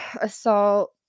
assault